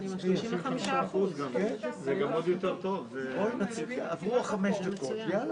גם אם הן יושבות אחת --- חבר הכנסת מיקי זוהר,